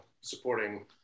supporting